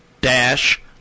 dash